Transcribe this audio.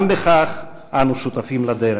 גם בכך אנו שותפים לדרך.